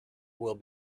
will